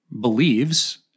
believes